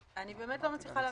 אני באמת לא מצליחה להבין,